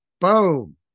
Boom